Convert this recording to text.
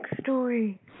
story